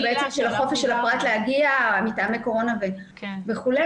החופש של הפרט להגיע מטעמי קורונה וכו'.